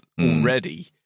already